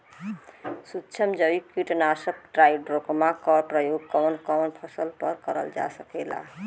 सुक्ष्म जैविक कीट नाशक ट्राइकोडर्मा क प्रयोग कवन कवन फसल पर करल जा सकेला?